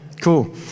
Cool